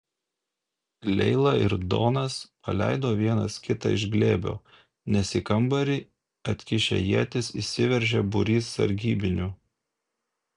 leila ir donas paleido vienas kitą iš glėbio nes į kambarį atkišę ietis įsiveržė būrys sargybinių